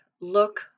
look